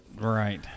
right